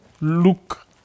look